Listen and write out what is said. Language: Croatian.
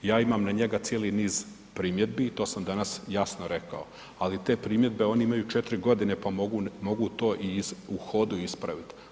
Ja imam na njega cijeli niz primjedbi i to sam danas jasno rekao, ali te primjedbe oni imaju četiri godine pa mogu to i u hodu ispraviti.